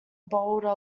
bolder